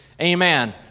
Amen